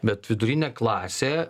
bet vidurinė klasė